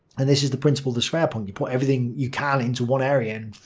and this is the principle of the schwerpunkt, you put everything you can into one area and